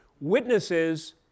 witnesses